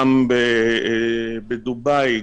גם בדובאי,